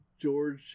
George